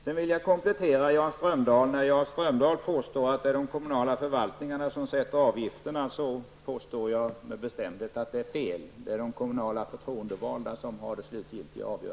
Sedan vill jag komplettera Jan Strömdahls uttalande. Han påstod att det är de kommunala förvaltningarna som bestämmer avgifterna. Men jag påstår med bestämdhet att det är fel. Det är de kommunala förtroendevalda som har det slutgiltiga avgörandet.